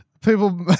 people